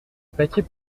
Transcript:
paquet